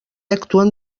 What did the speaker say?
actuen